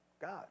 God